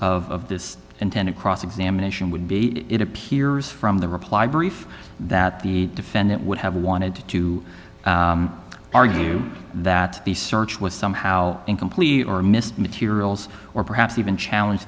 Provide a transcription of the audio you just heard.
of this intended cross examination would be it appears from the reply brief that the defendant would have wanted to to argue that the search was somehow incomplete or missed materials or perhaps even challenge